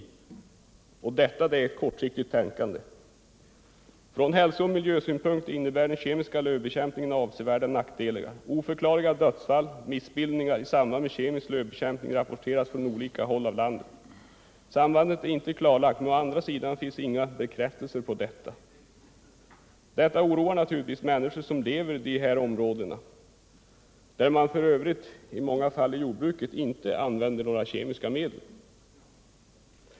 Att ersätta röjning med kemisk bekämpning innebär emellertid ett kortsiktigt tänkande. Från hälsooch miljösynpunkt innebär den kemiska lövbekämpningen avsevärda nackdelar. Oförklarliga dödsfall och missbildningar i samband med kemisk lövbekämpning rapporteras från olika håll i landet. Sambandet är inte klarlagt, men å andra sidan finns inga bekräftelser på motsatsen. Detta oroar naturligtvis de människor som lever i dessa områden, där man i många fall för jordbruket i övrigt inte använder några kemiska medel.